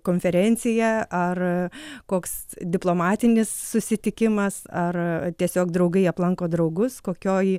konferencija ar koks diplomatinis susitikimas ar tiesiog draugai aplanko draugus kokioj